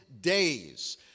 days